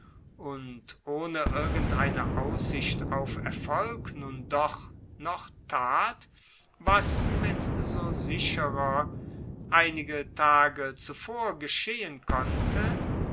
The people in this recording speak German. und ohne irgendeine aussicht auf erfolg nun doch noch tat was mit so sicherer einige tage zuvor geschehen konnte